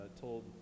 told